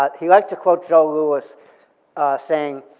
but he liked to quote joe louis saying,